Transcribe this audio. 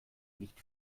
nicht